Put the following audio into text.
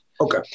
Okay